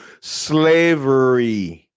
slavery